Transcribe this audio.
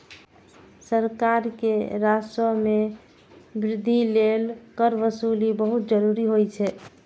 सरकार के राजस्व मे वृद्धि लेल कर वसूली बहुत जरूरी होइ छै